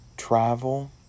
travel